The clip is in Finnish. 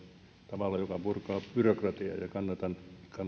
tavalla joka purkaa byrokratiaa kannatan